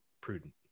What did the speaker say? prudent